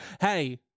hey